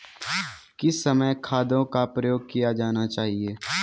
किस समय खादों का प्रयोग किया जाना चाहिए?